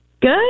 Good